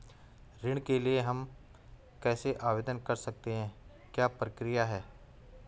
ऋण के लिए हम कैसे आवेदन कर सकते हैं क्या प्रक्रिया है?